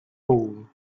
hole